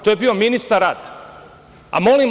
To je bio ministar rada.